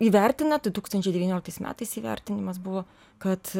įvertinę du tūkstančiai devynioliktais metais įvertinimas buvo kad